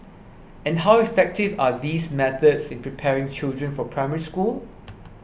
and how effective are these methods in preparing children for Primary School